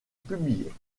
publiés